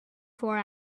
four